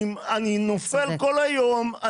אני נופל כל היום.